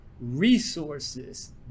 resources